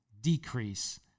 decrease